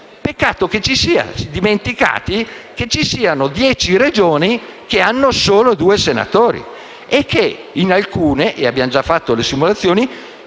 Peccato ci si sia dimenticati del fatto che dieci Regioni hanno solo due senatori e che in alcune (e abbiamo già fatto le simulazioni)